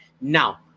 Now